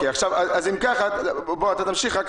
תמשיך,